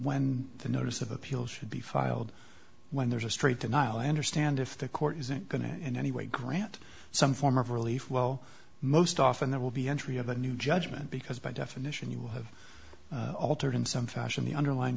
when the notice of appeal should be filed when there's a straight denial i understand if the court isn't going to in any way grant some form of relief well most often there will be entry of a new judgment because by definition you have altered in some fashion the underlyin